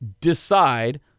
decide